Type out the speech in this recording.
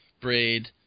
Braid